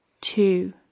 two